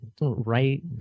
Right